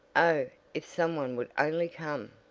oh, if some one would only come!